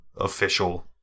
official